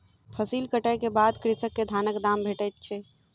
फसिल कटै के बाद कृषक के धानक दाम भेटैत छै